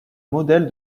modèle